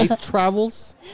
travels